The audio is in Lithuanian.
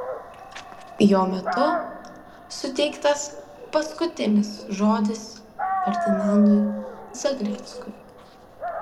jo metu suteiktas paskutinis žodis ferdinandui zagreckui